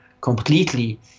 completely